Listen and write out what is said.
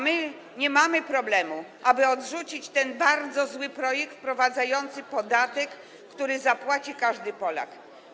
My nie mamy problemu, aby odrzucić ten bardzo zły projekt wprowadzający podatek, który zapłaci każdy Polak.